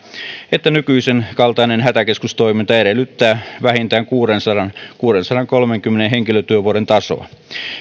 että nykyisenkaltainen hätäkeskustoiminta edellyttää vähintään kuudensadankolmenkymmenen henkilötyövuoden tasoa